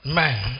man